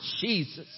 Jesus